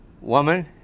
Woman